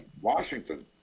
Washington